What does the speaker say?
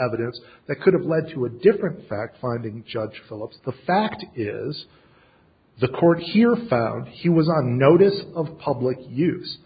evidence that could have led to a different fact finding judge phillips the fact is the courts here found he was on notice of public use